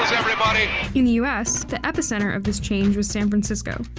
everybody in the us, the epicenter of this change was san francisco,